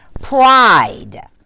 Pride